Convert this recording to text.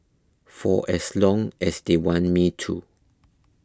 for as long as they want me to